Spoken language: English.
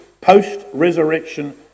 post-resurrection